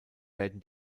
werden